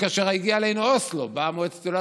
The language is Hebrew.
כאשר הגיע אלינו אוסלו באה מועצת גדולי